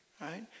right